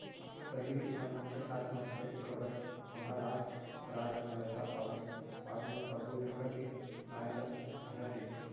पहिली किसान मन के आत्महत्या के खबर महारास्ट राज म जादा आवय बाद म सब्बो जघा के आय ल धरलिस